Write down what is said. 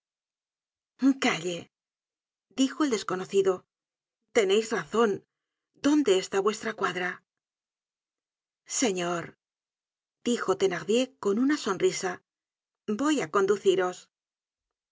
calle dijo el desconocido teneis razon dónde está vuestra cuadra señor dijo thenardier con una sonrisa voy á conduciros